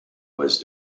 was